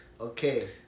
Okay